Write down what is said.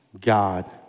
God